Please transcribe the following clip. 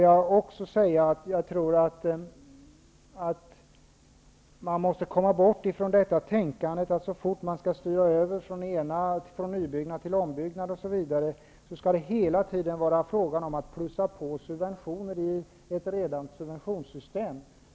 Jag tror att man måste komma bort från tanken att det, så fort man styr över från nybyggnad till ombyggnad etc., skulle vara fråga om att plussa på subventioner i ett redan existerande subventionssystem.